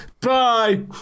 Bye